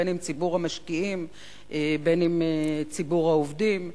אם ציבור המשקיעים ואם ציבור העובדים.